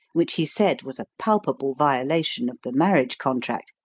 which he said was a palpable violation of the marriage contract,